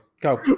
Go